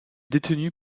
détenus